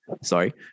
sorry